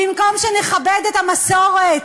במקום שנכבד את המסורת,